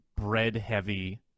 bread-heavy